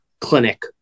clinic